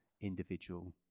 individual